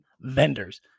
vendors